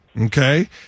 Okay